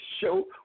show